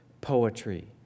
poetry